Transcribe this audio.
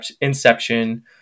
Inception